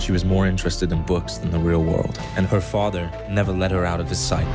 she was more interested in books than the real war and her father never let her out of the si